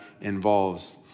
involves